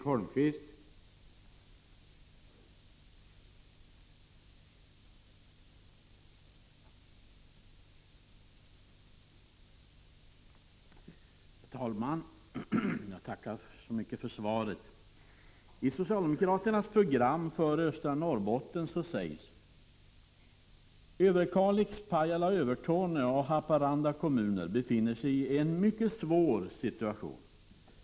Herr talman! Jag tackar så mycket för svaret. I socialdemokraternas program för östra Norrbotten sägs: ”Överkalix, Pajala, Övertorneå och Haparanda kommuner befinner sig i en mycket svår situation.